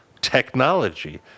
technology